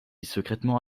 secrètement